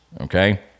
Okay